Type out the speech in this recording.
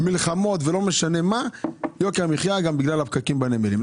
מלחמות וכולי יוקר המחיה קיים גם בגלל הפקקים בנמלים.